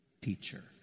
teacher